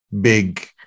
big